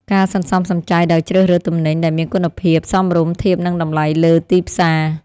ការសន្សំសំចៃដោយជ្រើសរើសទំនិញដែលមានគុណភាពសមរម្យធៀបនឹងតម្លៃលើទីផ្សារ។